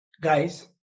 guys